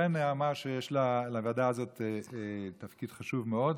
ולכן יש לוועדה הזאת תפקיד חשוב מאוד,